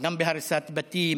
גם בהריסת בתים,